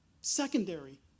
secondary